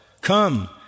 come